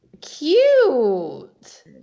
Cute